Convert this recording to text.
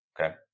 Okay